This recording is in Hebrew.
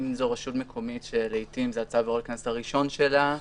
אם זו רשות מקומית שזה צו עבירות הקנס הראשון שלה,